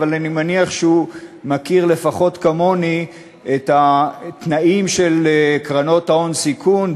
אבל אני מניח שהוא מכיר לפחות כמוני את התנאים של קרנות הון סיכון,